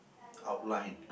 outline